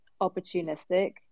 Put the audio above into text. opportunistic